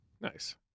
nice